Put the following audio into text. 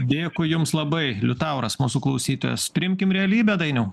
dėkui jums labai liutauras mūsų klausytojas priimkim realybę dainiau